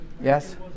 yes